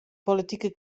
politike